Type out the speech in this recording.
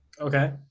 Okay